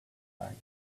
tonight